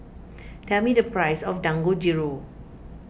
tell me the price of Dangojiru